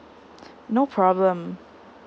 no problem